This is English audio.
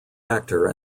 actor